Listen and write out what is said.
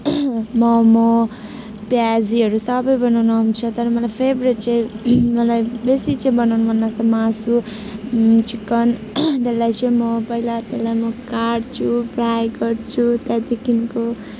मोमो प्याजीहरू सबै बनाउनु आउँछ तर मलाई फेब्रेट चाहिँ मलाई बेसी चाहिँ बनाउनु मन लाग्छ मासु चिकन त्यसलाई चाहिँ म पहिला त्यसलाई म काट्छु फ्राई गर्छु त्यहाँदेखिन्को